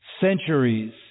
centuries